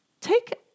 take